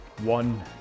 one